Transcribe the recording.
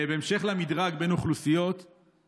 בהמשך למדרג בין אוכלוסיות,